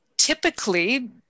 typically